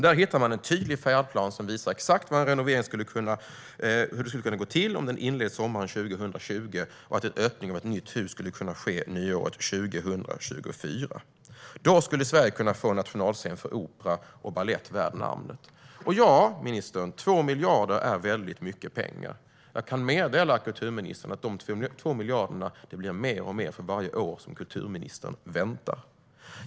Där hittar man en tydlig färdplan som visar exakt hur en renovering skulle kunna gå till om den inleds sommaren 2020 och att en öppning av ett nytt hus skulle kunna ske nyåret 2024. Då skulle Sverige kunna få en nationalscen för opera och balett värd namnet. Som kulturministern säger är 2 miljarder väldigt mycket pengar, men jag kan meddela att dessa 2 miljarder blir mer och mer för varje år som kulturministern väntar.